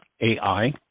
AI